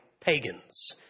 pagans